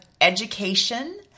education